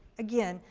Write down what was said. again,